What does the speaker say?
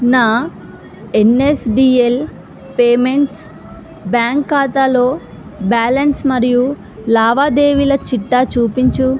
నా NSDL payments bank ఖాతాలో balance మరియు లావాదేవీల చిట్టా చూపించుము